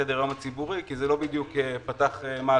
לסדר היום הציבורי כי זה לא פתח מהדורות.